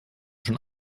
schon